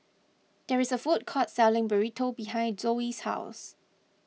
there is a food court selling Burrito behind Zoe's house